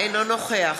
אינו נוכח